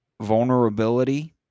Vulnerability